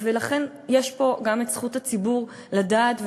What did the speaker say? ולכן יש פה גם זכות הציבור לדעת,